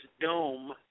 dome